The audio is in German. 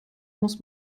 muss